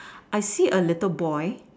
I see a little boy